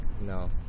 No